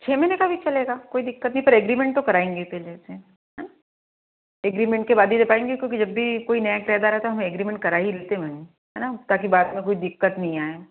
छः महीने का भी चलेगा कोई दिक़्क़त नहीं पर अग्रीमेंट तो कराएँगे पहले से हाँ अग्रीमेंट के बाद ही दे पाएँगे क्योंकि जब भी कोई नया किराएदार आता है तो हम अग्रीमेंट करा ही लेते हैं मैम है ना ताकि बाद में कोई दिक़्क़त नहीं आए